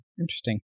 Interesting